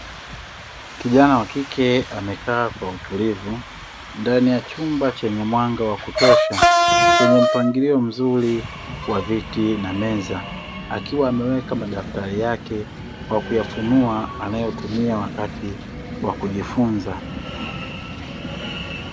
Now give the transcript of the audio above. Kijana wa kike amekaa kwa utulivu ndani ya chumba chenye mwanga wa kutosha chenye mpangilio mzuri wa viti na meza akiwa ameweka madaftari yake kwa kuyafunua anayotumia wakati wa kujifunza.